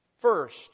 first